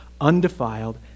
undefiled